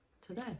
today